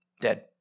dead